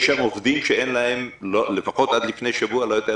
יש שם עובדים שלפחות עד לפני שבוע לא הייתה